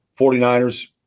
49ers